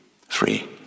Free